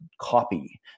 copy